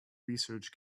research